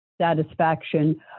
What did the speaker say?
satisfaction